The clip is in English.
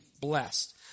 blessed